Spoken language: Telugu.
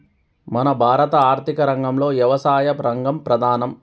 మన భారత ఆర్థిక రంగంలో యవసాయ రంగం ప్రధానం